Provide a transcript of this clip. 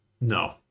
No